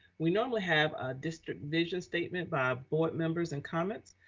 we normally have a district vision statement by board members and comments.